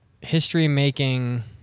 history-making